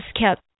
kept